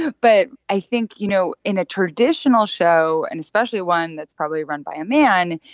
ah but i think, you know, in a traditional show, and especially one that's probably run by a man,